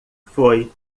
foi